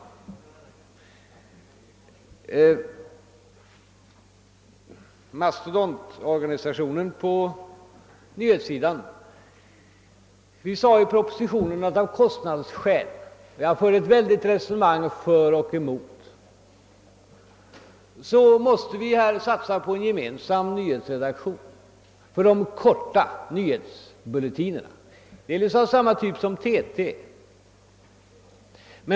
Det har talats om en mastodontorganisation på nyhetssidan. I propositionen förde jag ett mycket omfattande resonemang för och emot en gemensam nyhetsredaktion. Men jag framhöll i propositionen att vi av kostnadsskäl måste satsa på en gemensam nyhetsredaktion för de korta bulletinerna, delvis av samma typ som TT:s.